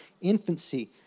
infancy